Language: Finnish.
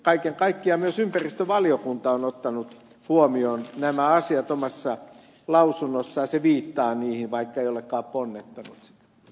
kaiken kaikkiaan myös ympäristövaliokunta on ottanut huomioon nämä asiat omassa lausunnossaan ja viittaa niihin vaikka ei olekaan kolme jos ne